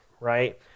Right